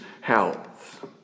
health